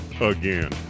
Again